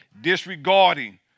disregarding